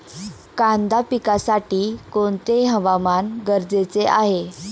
कांदा पिकासाठी कोणते हवामान गरजेचे आहे?